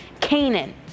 Canaan